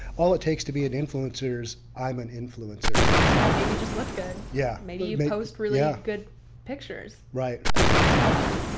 all it takes to be an influencer is i'm an influencer. yeah, maybe you just look good. yeah. maybe you post really ah good pictures of whatever.